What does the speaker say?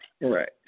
Right